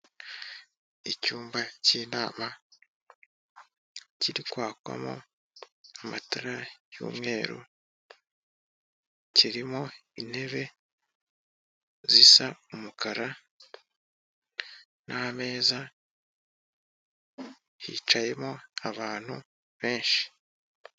Icyumba cy'inama kiri kwakamo amatara y'umweru; kirimo intebe zisa umukara n'ameza, hicayemo abantu benshi.